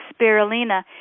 spirulina